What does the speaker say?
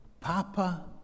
Papa